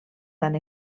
tant